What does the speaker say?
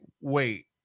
wait